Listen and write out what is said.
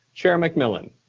chair mcmillan?